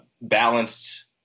balanced